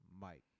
Mike